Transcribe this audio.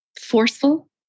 forceful